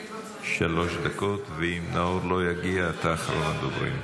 שלוש דקות, ואם נאור לא יגיע, אתה אחרון הדוברים.